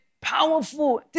powerful